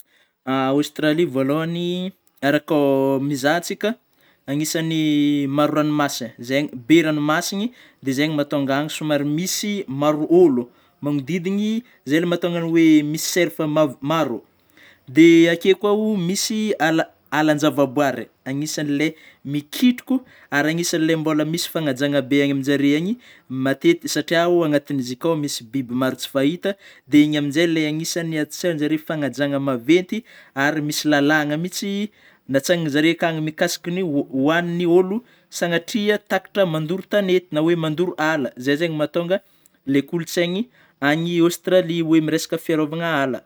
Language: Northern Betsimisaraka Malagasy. Aostralia vôalohany a ra koa mizaha atsika agnisany maro ranomasiny zegny, be ranomasiny dia zegny mahatonga any somary misy maro ôlo magnodidigny izay no mahatonga ny hoe misy surf mav- maro dia akeo koa misy ala- alan-javaboahary agnisan'ilay mikitroko ary anisan'ilay mbola misy fanajagna be any aminjare any matetiky satria agnatin' izy io koa misy biby maro tsy fahita dia igny amin'izay ilay agnisan'ny atsianjare fagnajana maventy ary misy lalagna mihintsy natsanga zareo akany mikasiky an'ny ho- ho an'ny olo sagnatria takatra mandoro tanety na oe mandoro ala zay zegny mahatonga ilay kolotsaigny any Aostralia hoe amy resaka fiarovana ala.